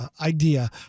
idea